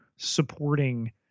supporting